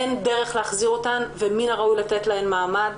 אין דרך להחזיר אותן ומן הראוי לתת להן מעמד.